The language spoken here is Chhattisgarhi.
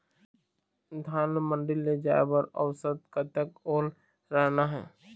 धान ला मंडी ले जाय बर औसत कतक ओल रहना हे?